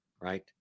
right